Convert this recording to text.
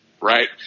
right